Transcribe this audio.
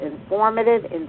informative